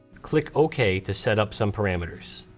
click okay, to set up some parameters.